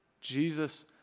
Jesus